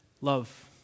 love